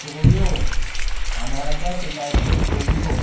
शेवयो तांदळाच्या पिठाच्यो शेवयो